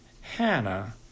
Hannah